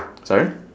sorry